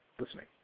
listening